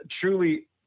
truly